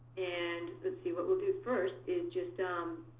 and let's see, what we'll do first is just um